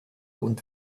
und